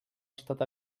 estat